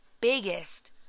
biggest